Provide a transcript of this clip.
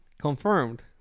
Confirmed